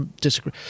disagree